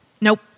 Nope